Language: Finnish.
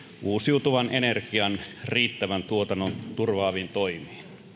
uusiutuvan energian riittävän tuotannon turvaaviin toimiin